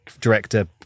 director